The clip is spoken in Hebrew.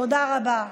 תודה רבה.